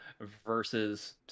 versus